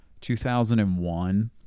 2001